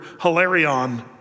hilarion